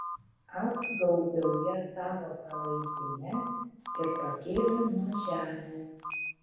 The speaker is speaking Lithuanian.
apgaubiau ją savo palaidine ir pakėliau nuo žemės